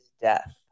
death